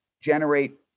generate